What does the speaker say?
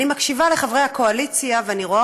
אני מקשיבה לחברי הקואליציה ואני רואה